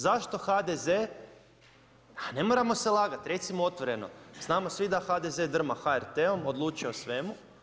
Zašto HDZ a ne moramo se lagati recimo otvoreno, znamo svi da HDZ drma HRT-om, odlučuje o svemu.